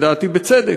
לדעתי בצדק,